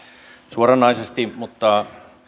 suoranaisesti mutta